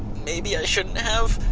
maybe i shouldn't have?